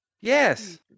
Yes